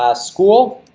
ah school,